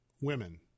women